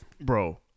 Bro